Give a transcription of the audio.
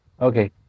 okay